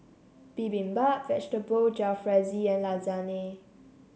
Bibimbap Vegetable Jalfrezi and Lasagne